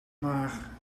maar